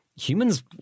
humans